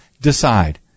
decide